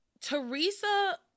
Teresa